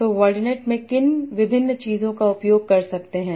तो वर्डनेट में किन विभिन्न चीजों का उपयोग कर सकते हैं